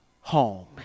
home